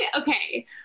okay